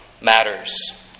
matters